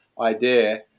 idea